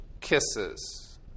kisses